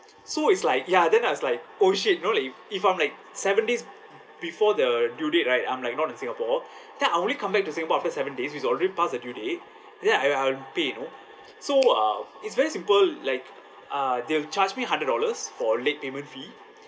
so it's like ya then I was like oh shit you know like if if I'm like seven days before the due date right I'm like not in singapore then I only come back to singapore after seven days which already past the due date then I I'll pay you know so uh it's very simple like uh they'll charge me hundred dollars for late payment fee